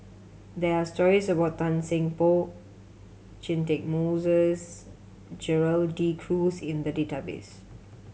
there are stories about Tan Seng Poh Catchick Moses Gerald De Cruz in the database